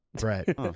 Right